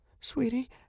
sweetie